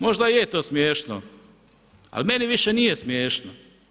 Možda je to smiješno, ali meni više nije smiješno.